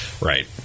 Right